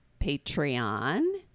patreon